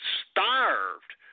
starved